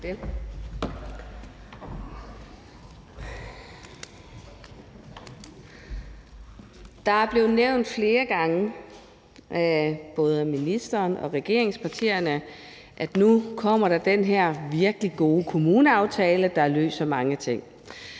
Der er blevet nævnt flere gange, både af ministeren og regeringspartierne, at der nu kommer den her virkelig gode kommuneaftale, der løser mange ting.